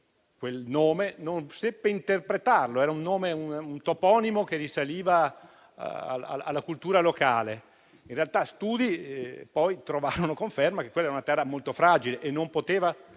quel nome non seppe interpretarlo, era un toponimo che risaliva alla cultura locale. In realtà, degli studi confermarono che quella è una terra molto fragile che non poteva